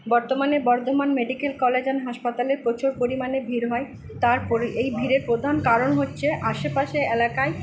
বর্তমানে Bardhaman medical college and হাসপাতালে প্রচুর পরিমাণে ভিড় হয় তার এই ভিড়ের প্রধান কারণ হচ্ছে আশেপাশের এলাকায়